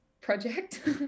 project